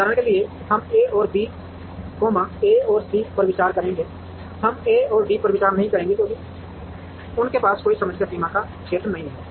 उदाहरण के लिए हम ए और बी ए और सी पर विचार करेंगे हम ए और डी पर विचार नहीं करेंगे क्योंकि उनके पास कोई सामान्य सीमा या क्षेत्र नहीं है